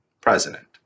president